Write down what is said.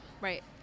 Right